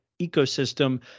ecosystem